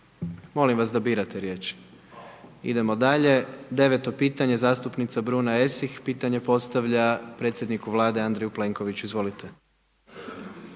Hvala vam kolega Prelec. Idemo dalje. 9 pitanje, zastupnica Bruna Esih, pitanje postavlja predsjedniku Vlade Andreju Plenkoviću. Izvolite.